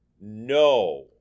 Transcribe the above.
No